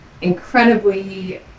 incredibly